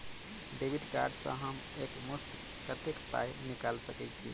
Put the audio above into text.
Debit card सँ हम एक मुस्त कत्तेक पाई निकाल सकय छी?